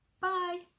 bye